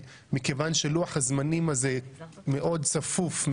כיוון שלוח הזמנים הזה מאוד צפוף,